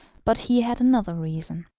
but he had another reason.